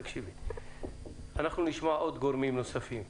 תקשיבי, אנחנו נשמע גורמים נוספים.